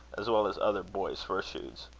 as well as other boyish virtues.